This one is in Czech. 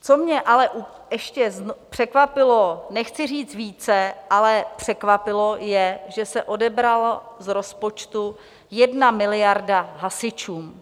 Co mě ale ještě překvapilo, nechci říct více, ale překvapilo, je, že se odebrala z rozpočtu 1 miliarda hasičům.